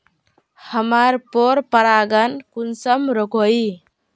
हमार पोरपरागण कुंसम रोकीई?